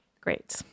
great